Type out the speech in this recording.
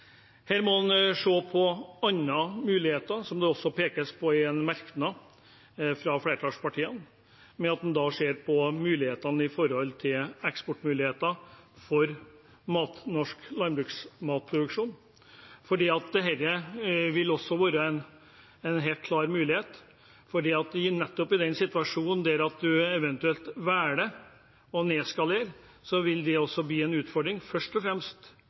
Her må en se på andre muligheter – som det også pekes på i en merknad fra flertallspartiene – f.eks. eksportmuligheter for mat fra norsk landbruks matproduksjon. Det vil være en helt klar mulighet. Nettopp i den situasjonen der en eventuelt velger å nedskalere, vil det også bli en utfordring, først og fremst